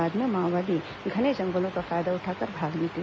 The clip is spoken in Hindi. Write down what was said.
बाद में माओवादी घने जंगलो का फायदा उठाकर भाग गए